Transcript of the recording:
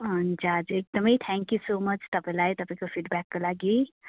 अनि चाहिँ हजुर एकदमै थ्याङ्क्यु सो मच तपाईँलाई तपाईँको फिडब्याकको लागि